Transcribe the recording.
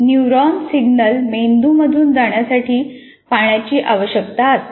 neuron signal मेंदूमधून जाण्यासाठी पाण्याची आवश्यकता असते